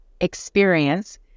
experience